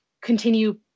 continue